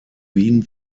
wien